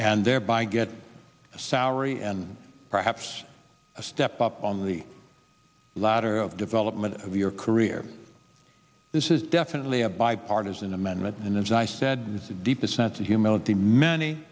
and thereby get a salary and perhaps a step up on the ladder of development of your career this is definitely a bipartisan amendment and as i said was a deep sense of humility many